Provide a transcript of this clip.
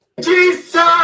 Jesus